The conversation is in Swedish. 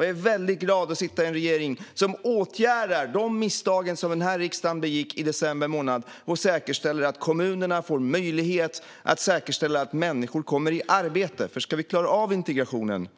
Jag är väldigt glad över att sitta i en regering som åtgärdar de misstag som den här riksdagen begick i december månad när vi säkerställer att kommunerna får möjlighet att se till att människor kommer i arbete. Om vi ska klara av integrationen